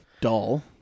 dull